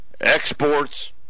exports